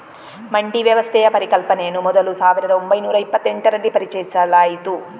ಮಂಡಿ ವ್ಯವಸ್ಥೆಯ ಪರಿಕಲ್ಪನೆಯನ್ನು ಮೊದಲು ಸಾವಿರದ ಓಂಬೈನೂರ ಇಪ್ಪತ್ತೆಂಟರಲ್ಲಿ ಪರಿಚಯಿಸಲಾಯಿತು